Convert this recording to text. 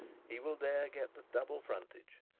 he will there get the double frontage,